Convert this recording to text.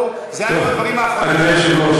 אלה היו הדברים האחרונים שלה,